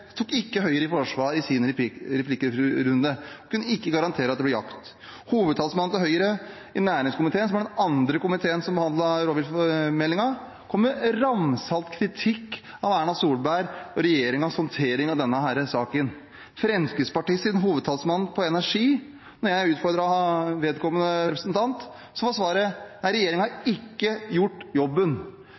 tok ikke Høyre i forsvar i sin replikkrunde og kunne ikke garantere at det blir jakt. Hovedtalsmannen for Høyre i næringskomiteen, som er den andre komiteen som behandlet rovviltmeldingen, kom med ramsalt kritikk av Erna Solberg og regjeringens håndtering av denne saken. Da jeg utfordret Fremskrittspartiets hovedtalsmann for energi, var svaret: Regjeringen har ikke gjort jobben.